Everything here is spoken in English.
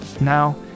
Now